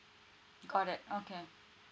got it okay